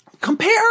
Compare